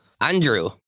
Andrew